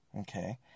Okay